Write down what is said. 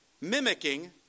mimicking